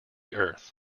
earth